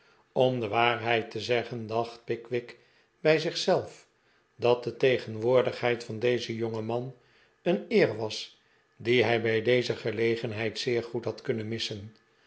om de waarheidte zeggen dacht pickwick bij zich zelf dat de tegenwoordigheid van dezen jongeman een eer was die hij bij deze gelegenheid zeer goed had kunnen missen